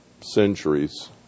centuries